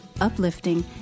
uplifting